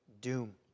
doom